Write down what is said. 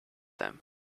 them